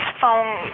phone